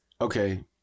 Okay